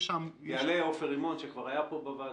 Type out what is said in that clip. יעלה עופר רימון, שכבר היה פה בוועדה.